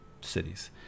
cities